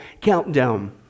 Countdown